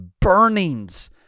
burnings